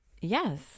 Yes